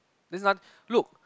there's nothing look